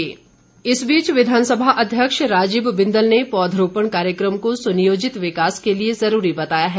बिंदल इस बीच विधानसभा अध्यक्ष राजीव बिंदल ने पौधरोपण कार्यक्रम को सुनियोजित विकास के लिए ज़रूरी बताया है